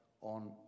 on